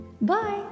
Bye